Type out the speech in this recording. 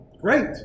Great